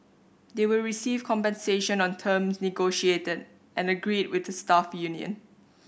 they will receive compensation on terms negotiated and agreed with the staff union